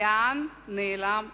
לאן נעלם הכסף?